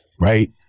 Right